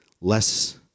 less